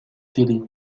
télé